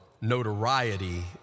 notoriety